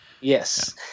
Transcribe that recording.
Yes